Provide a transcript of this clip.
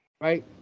right